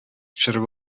төшереп